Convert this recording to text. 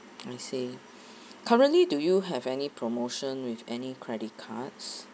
I see currently do you have any promotion with any credit cards